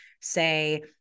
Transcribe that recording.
say